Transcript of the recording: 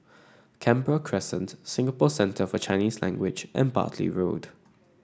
Canberra Crescent Singapore Centre For Chinese Language and Bartley Road